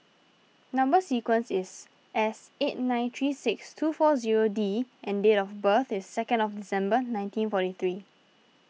Number Sequence is S eight nine three six two four zero D and date of birth is second of December nineteen forty three